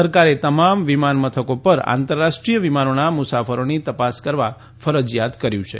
સરકારે તમામ વિમાન મથકો પર આંતરરાષ્ટ્રીય વિમાનોના મુસાફરોની તપાસકરવા ફરજીયાત કર્યું છે